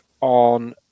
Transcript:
on